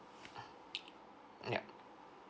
yea